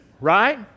Right